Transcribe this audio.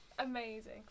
amazing